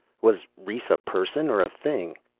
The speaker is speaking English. was rhes a person or a thing?